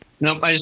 Nope